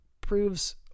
proves